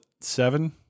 seven